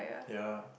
ya